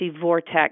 vortex